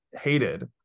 hated